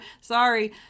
Sorry